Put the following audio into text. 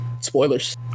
spoilers